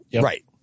Right